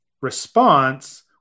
response